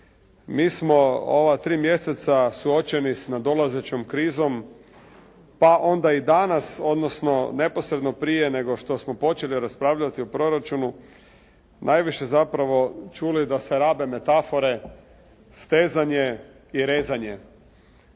Mi smo ova tri mjeseca suočeni sa nadolazećom krizom, pa onda i danas, odnosno neposredno što smo počeli raspravljati o proračunu najviše zapravo čuli da se rabe metafore stezanje i rezanje,